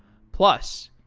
plus,